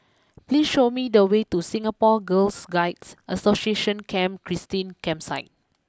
please show me the way to Singapore Girl Guides Association Camp Christine Campsite